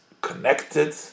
connected